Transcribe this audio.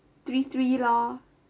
three three loh